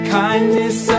kindness